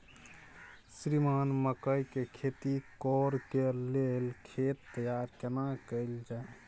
श्रीमान मकई के खेती कॉर के लेल खेत तैयार केना कैल जाए?